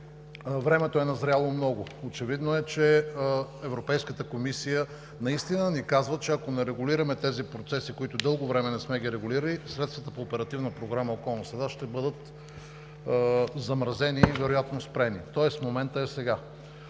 времето е назряло много. Очевидно е, че Европейската комисия ни казва, че ако не регулираме тези процеси, които дълго време не сме регулирали, средствата по Оперативна програма „Околна среда“ ще бъдат замразени и вероятно спрени, тоест моментът е сега.